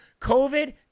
COVID